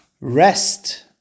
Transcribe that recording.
rest